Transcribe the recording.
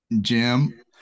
Jim